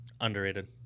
underrated